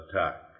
attack